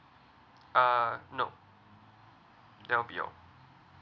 uh no that will be all